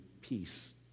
peace